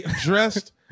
dressed